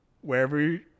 wherever